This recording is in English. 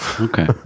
Okay